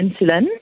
insulin